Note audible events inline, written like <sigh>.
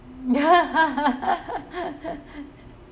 <laughs>